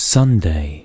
Sunday